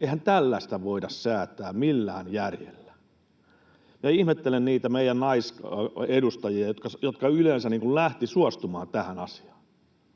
Eihän tällaista voida säätää millään järjellä. Ihmettelen niitä meidän naisedustajia, jotka yleensä lähtivät suostumaan tähän asiaan.